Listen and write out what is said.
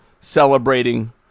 celebrating